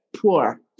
poor